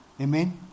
Amen